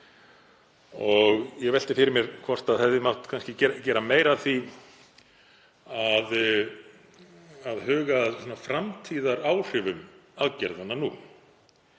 Ég velti fyrir mér hvort ekki hefði mátt gera meira af því að huga að framtíðaráhrifum aðgerðanna.